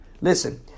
Listen